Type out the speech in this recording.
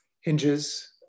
hinges